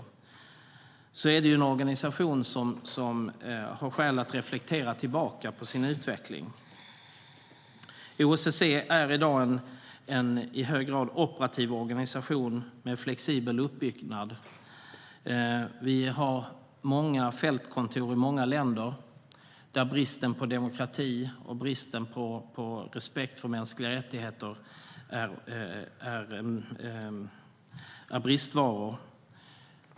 OSSE är en organisation som har skäl att reflektera över sin utveckling. OSSE är i dag en i hög grad operativ organisation med flexibel uppbyggnad. Vi har många fältkontor i många länder där demokrati och respekt för mänskliga rättigheter är bristvaror.